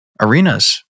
arenas